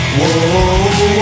Whoa